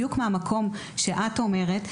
בדיוק בגלל המצב שאת ציינת,